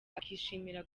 akishimira